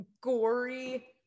gory